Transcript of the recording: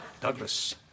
Douglas